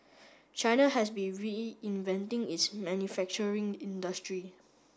China has been reinventing its manufacturing industry